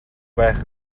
байх